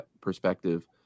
perspective